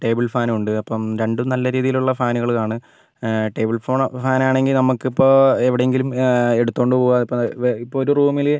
table ഫാനുമുണ്ട് അപ്പം രണ്ടും നല്ല രീതിയിലുള്ള ഫാനുകളാണ് ടേബിൾ ഫോൺ ഫാൻ ആണെങ്കിൽ നമുക്ക് ഇപ്പോൾ എവിടെയെങ്കിലും എടുത്തുകൊണ്ട് പോവുക ഇപ്പോൾ ഇപ്പോൾ ഒരു റൂമിൽ